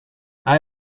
hij